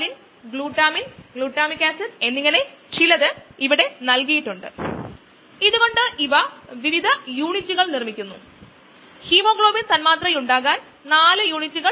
enzyme അസ്ഥിരീകരണം ഒരുപക്ഷേ glucose oxidase അസ്ഥിരമാക്കിയ ഗ്ലൂക്കോസ് ഓക്സിഡേസ് ഗ്ലൂക്കോസ് സെൻസറായി ഉചിതമായ ഫോർമാറ്റിൽ ഉപയോഗിക്കാം